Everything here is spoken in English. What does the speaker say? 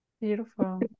Beautiful